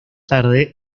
tarde